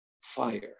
fire